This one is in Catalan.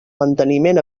manteniment